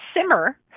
simmer